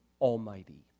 Almighty